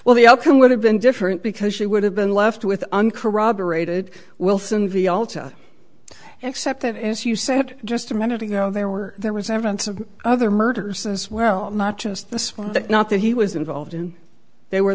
well the outcome would have been different because she would have been left with uncorroborated wilson v l t except that as you said just a minute ago there were there was evidence of other murders as well not just this one not that he was involved in they were